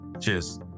Cheers